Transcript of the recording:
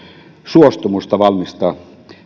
suostumusta valmistaa